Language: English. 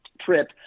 trip